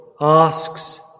asks